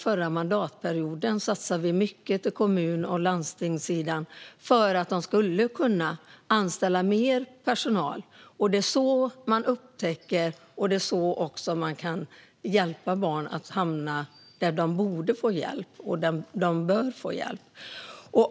Förra mandatperioden satsade vi mycket på kommuner och landsting för att de skulle kunna anställa mer personal. Det är så man upptäcker problem, och det är så man kan ge barn den hjälp de bör få.